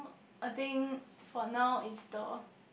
I think for now it's the